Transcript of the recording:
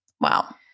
wow